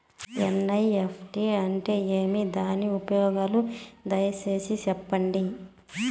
NEFT అంటే ఏమి? దాని ఉపయోగాలు దయసేసి సెప్పండి?